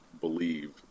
believe